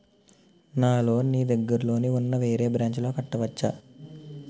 నా లోన్ నీ దగ్గర్లోని ఉన్న వేరే బ్రాంచ్ లో కట్టవచా?